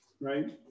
right